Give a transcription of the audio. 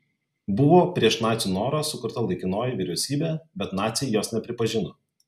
buvo prieš nacių norą sukurta laikinoji vyriausybė bet naciai jos nepripažino